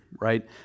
right